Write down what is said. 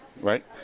right